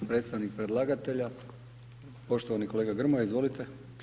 Predstavnik predlagatelja, poštovani kolega Grmoja, izvolite.